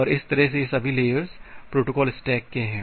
और इस तरह से ये सभी लेयर्स प्रोटोकॉल स्टैक के हैं